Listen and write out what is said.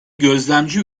gözlemci